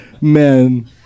men